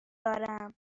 دارم